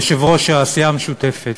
יושב-ראש הסיעה המשותפת,